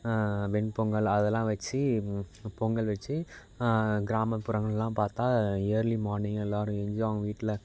வெண்பொங்கல் அதெல்லாம் வெச்சி பொங்கல் வெச்சி கிராமப்புறங்கள்லாம் பார்த்தா இயர்லி மார்னிங் எல்லோரும் ஏஞ்சி அவங்க வீட்டில்